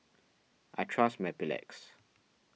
I trust Mepilex